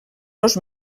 los